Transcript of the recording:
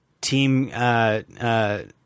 team